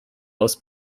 aus